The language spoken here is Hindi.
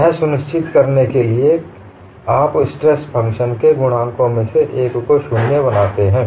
यह सुनिश्चित करने के लिए आप स्ट्रेस फ़ंक्शन के गुणांकों में से एक को शून्य बनाते हैं